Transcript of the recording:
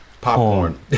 Popcorn